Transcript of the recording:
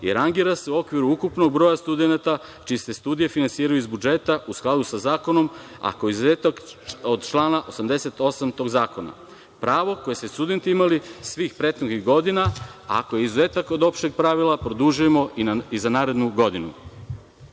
i rangira se u okviru ukupnog broja studenata čije se studije finansiraju iz budžeta u skladu sa Zakonom a koji je izuzetak od člana 88. tog zakona. Pravo koje su studenti imali svih prethodnih godina a koje je izuzetak od opšteg pravila produžujemo i za narednu